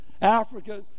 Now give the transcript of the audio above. Africa